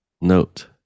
Note